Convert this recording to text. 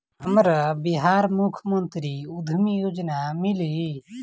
हमरा बिहार मुख्यमंत्री उद्यमी योजना मिली?